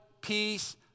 peace